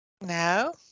No